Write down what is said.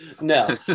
No